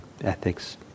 ethics